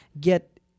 get